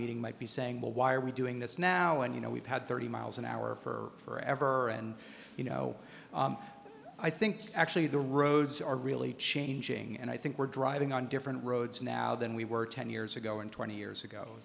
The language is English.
meeting might be saying well why are we doing this now and you know we've had thirty miles an hour for ever and you know i think actually the roads are really changing and i think we're driving on different roads now than we were ten years ago and twenty years ago